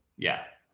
yeah,